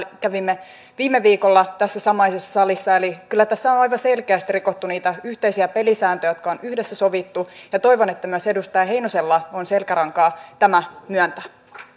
kävimme viime viikolla tässä samaisessa salissa eli kyllä tässä on on aivan selkeästi rikottu niitä yhteisiä pelisääntöjä jotka on yhdessä sovittu ja toivon että myös edustaja heinosella on selkärankaa tämä myöntää